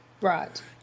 Right